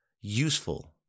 useful